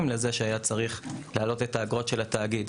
לזה שהיה צריך להעלות את האגרות של התאגיד.